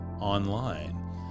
online